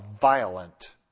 violent